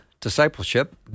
Discipleship